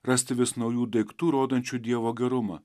rasti vis naujų daiktų rodančių dievo gerumą